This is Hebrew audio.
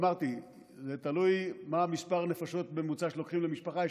אמרתי: תלוי מהו מספר הנפשות הממוצע שלוקחים למשפחה.